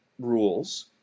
rules